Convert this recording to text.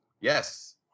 Yes